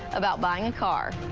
about buying a car.